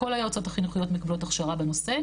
כל היועצות החינוכיות מקבלות הכשרה בנושא.